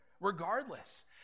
regardless